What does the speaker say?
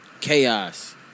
chaos